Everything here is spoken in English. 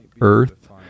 earth